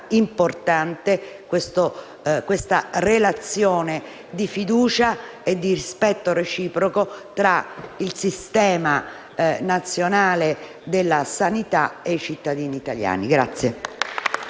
importante una relazione di fiducia e di rispetto reciproco tra il sistema nazionale della sanità e i cittadini italiani.